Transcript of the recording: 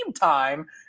time